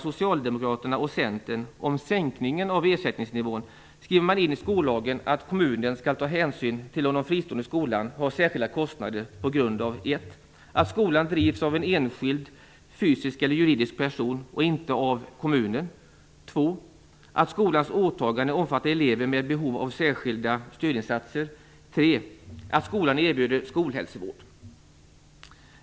Socialdemokraterna och Centern om sänkningen av ersättningsnivån skriver man in i skollagen att kommunen skall ta hänsyn till om den fristående skolan har särskilda kostnader på grund av: 1. att skolan drivs av en enskild fysisk eller juridisk person och inte av kommunen, 2. att skolans åtagande omfattar elever med behov av särskilda stödinsatser, och 3. att skolan erbjuder skolhälsovård.